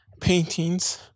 paintings